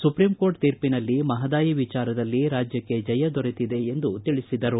ಸುಪ್ರೀಂಕೋರ್ಟ್ನ ತೀರ್ಪಿನಲ್ಲಿ ಮಹದಾಯಿ ವಿಚಾರದಲ್ಲಿ ರಾಜ್ಯಕ್ಷೆ ಜಯ ದೊರೆತಿದೆ ಎಂದು ತಿಳಿಸಿದರು